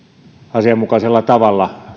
asianmukaisella tavalla